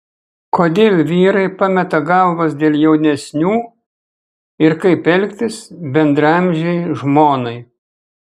kodėl vyrai pameta galvas dėl jaunesnių ir kaip elgtis bendraamžei žmonai